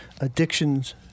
addictions-